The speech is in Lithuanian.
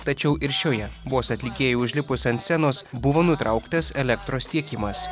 tačiau ir šioje vos atlikėjui užlipus ant scenos buvo nutrauktas elektros tiekimas